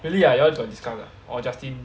really ah you all got discuss ah or justin